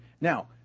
Now